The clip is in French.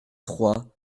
trois